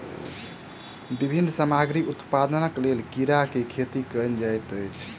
विभिन्न सामग्री उत्पादनक लेल कीड़ा के खेती कयल जाइत अछि